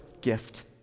gift